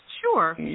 Sure